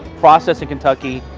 processed in kentucky.